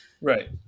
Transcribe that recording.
Right